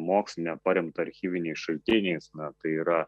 mokslinę paremtą archyviniais šaltiniais na tai yra